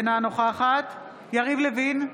אינה נוכחת יריב לוין,